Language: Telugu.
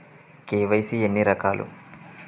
కే.వై.సీ ఎన్ని రకాలు?